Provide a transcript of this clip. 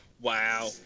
Wow